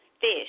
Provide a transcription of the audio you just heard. fish